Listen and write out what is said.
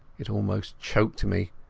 it almost choked me,